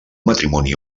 matrimoni